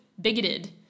bigoted